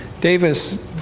Davis